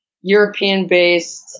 European-based